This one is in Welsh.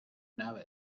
newydd